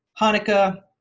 Hanukkah